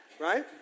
Right